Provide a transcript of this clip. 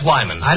Wyman